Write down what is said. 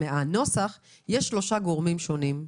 בנוסח הזה יש שלושה גורמים שונים,